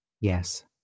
Yes